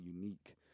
unique